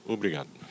Obrigado